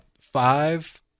five